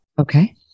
Okay